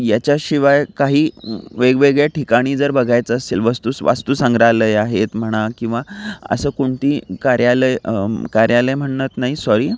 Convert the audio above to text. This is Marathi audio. याच्याशिवाय काही वेगवेगळ्या ठिकाणी जर बघायचं असेल वस्तुस वस्तुसंग्रहालय आहेत म्हणा किंवा असं कोणती कार्यालय कार्यालय म्हणत नाही सॉरी अं